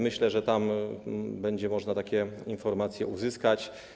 Myślę, że tam będzie można takie informacje uzyskać.